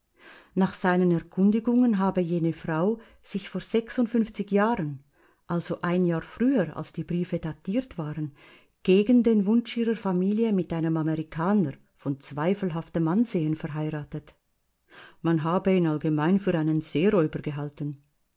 nach seinen erkundigungen habe jene frau sich vor jahren also ein jahr früher als die briefe datiert waren gegen den wunsch ihrer familie mit einem amerikaner von zweifelhaftem ansehen verheiratet man habe ihn allgemein für einen seeräuber gehalten